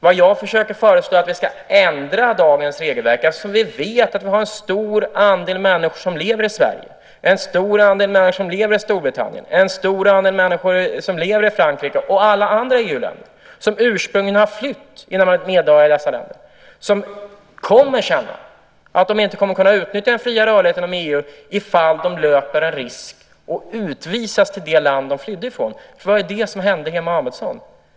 Det jag försöker föreslå är att vi ska ändra dagens regelverk eftersom vi vet att en stor andel människor som lever i Sverige, Storbritannien, Frankrike och alla andra EU-länder, och som flytt innan de blivit medborgare i dessa länder, kommer att känna att de inte kan utnyttja den fria rörligheten inom EU ifall de löper risk att utvisas till det land de flydde från. Det var det som hände Hemo Amedsson.